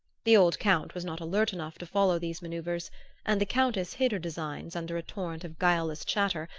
the old count was not alert enough to follow these manoeuvres and the countess hid her designs under a torrent of guileless chatter,